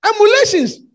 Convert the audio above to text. emulations